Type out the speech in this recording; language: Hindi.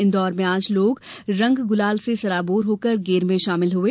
इंदौर में आज लोग रंग गुलाल से सराबोर होकर गेर में शामिल हुए